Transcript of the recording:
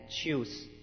choose